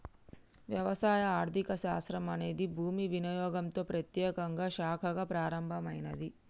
వ్యవసాయ ఆర్థిక శాస్త్రం అనేది భూమి వినియోగంతో ప్రత్యేకంగా శాఖగా ప్రారంభమైనాది